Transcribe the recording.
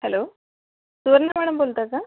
hello Suvarna madam बोलत आहे का